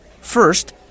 First